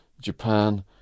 Japan